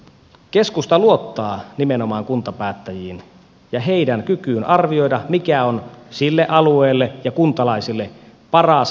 keskusta luottaa nimenomaan kuntapäättäjiin ja heidän kykyynsä arvioida mikä on sille alueelle ja kuntalaisille paras ratkaisu